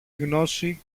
γνώση